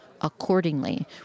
accordingly